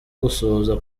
gusuhuza